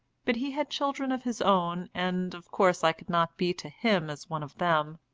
but he had children of his own, and of course i could not be to him as one of them.